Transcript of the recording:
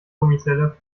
gummizelle